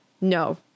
no